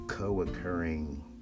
co-occurring